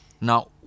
Now